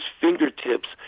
fingertips